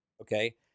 okay